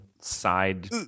side